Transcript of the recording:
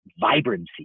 vibrancy